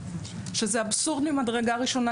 שזה אבסורד ממדרגה ראשונה.